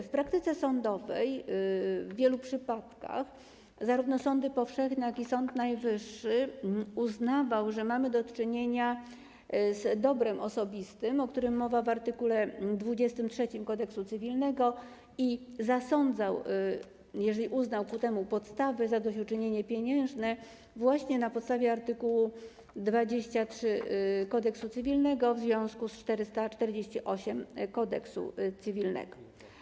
W praktyce sądowej w wielu przypadkach zarówno sądy powszechne, jak i Sąd Najwyższy uznawały, że mamy do czynienia z dobrem osobistym, o którym mowa w art. 23 Kodeksu cywilnego, i zasądzały, jeżeli uznały ku temu podstawy, zadośćuczynienie pieniężne, właśnie na podstawie art. 23 Kodeksy cywilnego w związku z art. 448 Kodeksu cywilnego.